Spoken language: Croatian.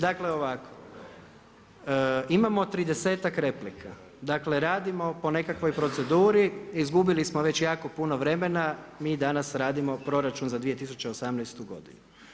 Dakle ovako, imamo tridesetak replika, dakle radimo po nekakvoj proceduri, izgubili smo već jako puno vremena, mi danas radimo proračun za 2018. godinu.